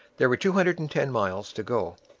there were two hundred and ten miles to go.